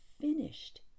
finished